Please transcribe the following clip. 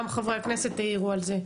גם חברי הכנסת העירו על זה.